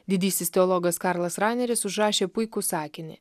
didysis teologas karlas raneris užrašė puikų sakinį